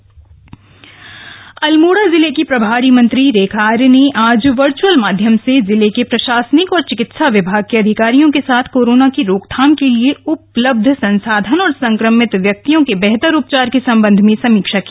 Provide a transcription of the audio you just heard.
Almora covid Almora जिले की प्रभारी मंत्री रेखा आर्या ने आज वर्च्यअल माध्यम से जिले के प्रशासनिक व चिकित्सा विमाग के अधिकारियों के साथ कोरोना की रोकथाम के लिए उपलब्ध संसाधन और संक्रमित व्यक्तियों के बेहतर उपचार के सम्बन्ध में समीक्षा की